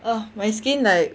ugh my skin like